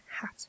hat